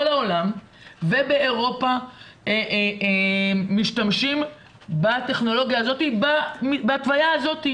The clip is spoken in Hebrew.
העולם ובאירופה משתמשים בטכנולוגיה הזאת בהתוויה הזאת,